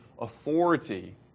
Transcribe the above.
authority